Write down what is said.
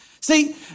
See